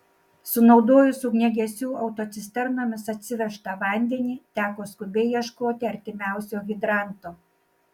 sunaudojus ugniagesių autocisternomis atsivežtą vandenį teko skubiai ieškoti artimiausio hidranto